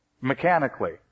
mechanically